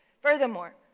Furthermore